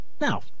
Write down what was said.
Now